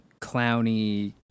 clowny